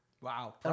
Wow